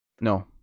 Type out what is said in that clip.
No